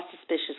suspicious